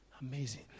Amazing